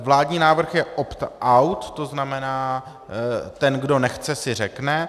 Vládní návrh je optout, to znamená, ten, kdo nechce, si řekne.